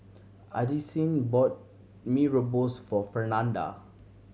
Addisyn bought Mee Rebus for Fernanda